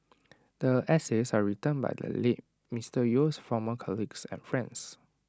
the essays are written by the late Mister Yeo's former colleagues and friends